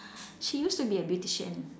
she used to be a beautician